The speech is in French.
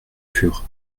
fur